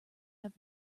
have